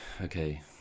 okay